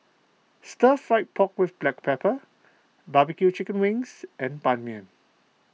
Stir Fried Pork with Black Pepper Barbecue Chicken Wings and Ban Mian